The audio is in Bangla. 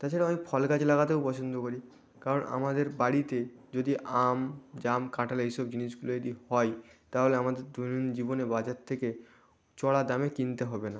তাছাড়া আমি ফল গাছ লাগাতেও পছন্দ করি কারণ আমাদের বাড়িতে যদি আম জাম কাঁঠাল এইসব জিনিসগুলো যদি হয় তাহলে আমাদের দৈনন্দিন জীবনে বাজার থেকে চড়া দামে কিনতে হবে না